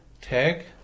tag